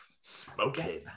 Smoking